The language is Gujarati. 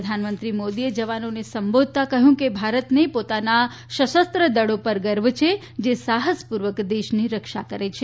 પ્રધાનમંત્રી મોદીએ જવાનોને સંબોધતા કહ્યું કે ભારતને પોતાના સશસ્ત્ર દળો પર ગર્વ છે જે સાહસપૂર્વક દેશની રક્ષા કરે છે